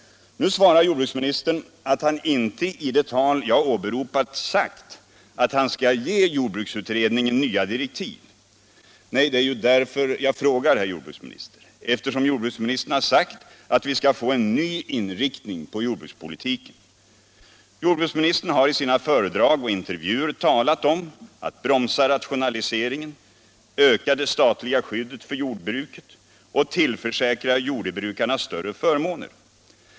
Nu svarar jordbruksministern att han inte i de tal jag åberopade sagt att han skall ge jordbruksutredningen nya direktiv. Men, herr jordbruks 7 minister, jag frågar ju eftersom jordbruksministern har sagt att vi skall få en ny inriktning av jordbrukspolitiken. Jordbruksministern har i sina föredrag och intervjuer talat om att bromsa rationaliseringen, öka det statliga skyddet för jordbruket och tillförsäkra jordbrukarna större förmåner.